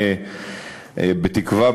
בתקווה,